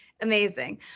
amazing